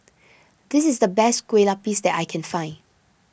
this is the best Kueh Lupis that I can find